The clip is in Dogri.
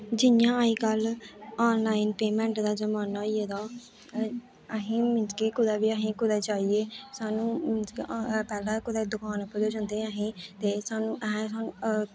जियां अहीं कल आनलाइन पेमेंट दा जमान्ना होई गेदा अहीं मींस कि कुतै बी अहीं कुतै जाइये सानूं पैह्लें कुतै दकान उप्पर जंदे हे अहीं ते सानूं असें सानूं